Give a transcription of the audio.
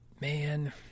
Man